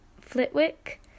Flitwick